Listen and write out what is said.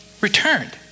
returned